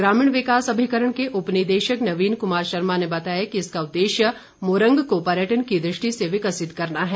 ग्रामीण विकास अभिकरण के उपनिदेशक नवीन कुमार शर्मा ने बताया कि इसका उद्देश्य मूरंग को पर्यटन की दृष्टि से विकसित करना है